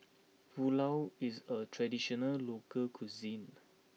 Pulao is a traditional local cuisine